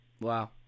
wow